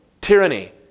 tyranny